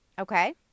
Okay